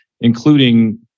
including